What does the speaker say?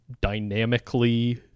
dynamically